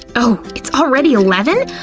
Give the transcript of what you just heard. ooh! it's already eleven?